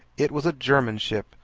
it was a german ship,